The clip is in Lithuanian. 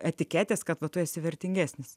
etiketės kad va tu esi vertingesnis